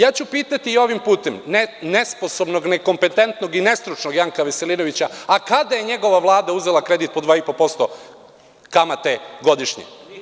Ja ću pitati ovim putem nesposobnog, nekompetentnog i nestručnog Janka Veselinovića kada je njegova Vlada uzela kredit po 2,5% kamate godišnje?